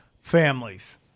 families